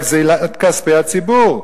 אלא גזלת כספי הציבור.